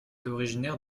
originaire